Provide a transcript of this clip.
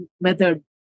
method